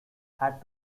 had